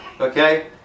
Okay